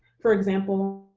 for example,